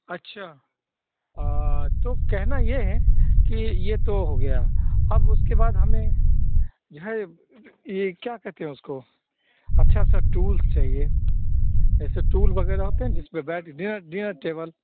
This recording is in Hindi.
अच्छा तो कहना यह है कि यह तो हो गया अब उसके बाद हमें यह यह क्या कहते हैं उसको अच्छा सा टूल्स चाहिए जैसे टूल वग़ैरह होता है जिस पर बैठ डिनर डिनर टेबल